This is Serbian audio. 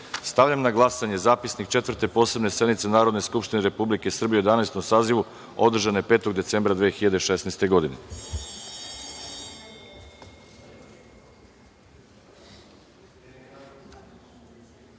zapisnik. Stavljam na glasanje Zapisnik Četvrte posebne sednice Narodne skupštine Republike Srbije u Jedanaestom sazivu, održane 5. decembra 2016.